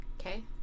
Okay